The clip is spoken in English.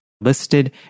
listed